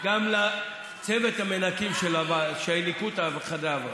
גם לצוות המנקים שניקו את חדר הוועדה,